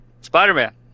Spider-Man